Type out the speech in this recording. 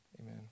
Amen